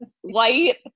white